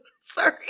sorry